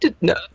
No